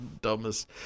dumbest